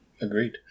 Agreed